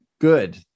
good